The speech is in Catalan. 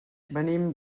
venim